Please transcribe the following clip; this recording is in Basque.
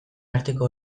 arteko